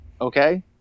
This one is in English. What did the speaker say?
okay